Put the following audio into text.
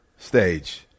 Stage